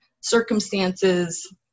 circumstances